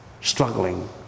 struggling